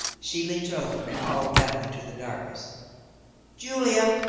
she leant over and called down into the darkness julia!